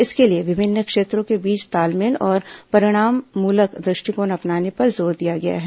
इसके लिए विभिन्न क्षेत्रों के बीच तालमेल और परिणाम मूलक दृष्टिकोण अपनाने पर जोर दिया गया है